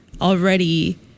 already